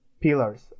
pillars